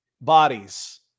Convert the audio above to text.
bodies